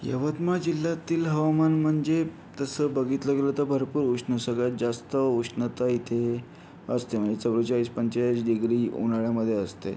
यवतमाळ जिल्ह्यातील हवामान म्हणजे तसं बघितलं गेलं तर भरपूर उष्ण सगळ्यात जास्त उष्णता इथे असते म्हणजे चव्वेचाळीस पंचेचाळीस डिग्री उन्हाळ्यामध्ये असते